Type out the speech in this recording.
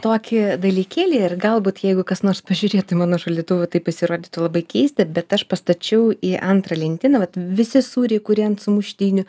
tokį dalykėlį ir galbūt jeigu kas nors pažiūrėtų į mano šaldytuvą tai pasirodytų labai keista bet aš pastačiau į antrą lentyną vat visi sūriai kurie ant sumuštinių